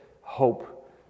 hope